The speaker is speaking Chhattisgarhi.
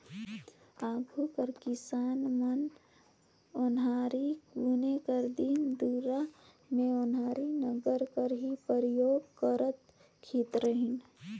आघु कर किसान मन ओन्हारी बुने कर दिन दुरा मे ओन्हारी नांगर कर ही परियोग करत खित रहिन